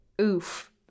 oof